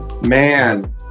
Man